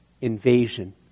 invasion